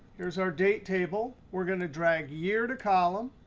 here's our date table. we're going to drag year to column,